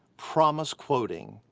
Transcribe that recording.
promise-quoting,